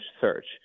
search